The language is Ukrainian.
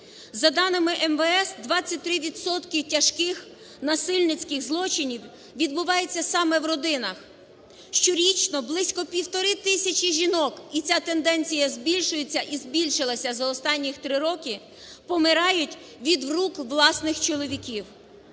За даними МВС 23 відсотки тяжких насильницьких злочинів відбувається саме у родинах. Щорічно близько півтори тисячі жінок, і ця тенденція збільшується і збільшилася за останніх 3 роки, помирають від рук власних чоловік.